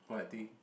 what thing